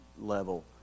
level